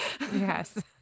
Yes